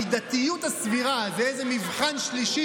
המידתיות הסבירה זה איזה מבחן שלישי,